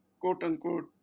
quote-unquote